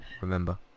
remember